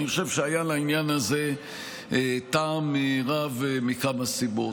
אני חושב שהיה לעניין הזה טעם רב מכמה סיבות.